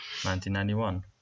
1991